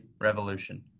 revolution